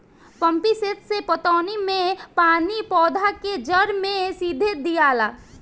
pump set से पटौनी मे पानी पौधा के जड़ मे सीधे दियाला